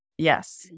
Yes